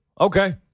okay